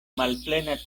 malplena